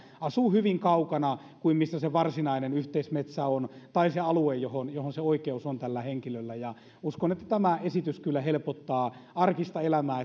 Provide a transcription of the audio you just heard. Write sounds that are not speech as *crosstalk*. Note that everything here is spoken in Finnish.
osa asuu hyvin kaukana sieltä missä se varsinainen yhteismetsä on tai se alue johon johon se oikeus on tällä henkilöllä uskon että tämä esitys kyllä helpottaa arkista elämää *unintelligible*